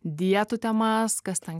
dietų temas kas ten